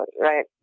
right